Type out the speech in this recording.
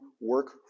work